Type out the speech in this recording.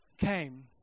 came